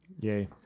Yay